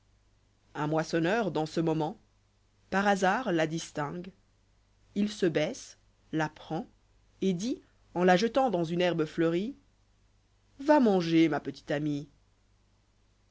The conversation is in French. un moissonneur dans ce moment par hasard la distingue il se baisse la prend et dit en la jetant dans une herbe fleurie i v manger ma petite amie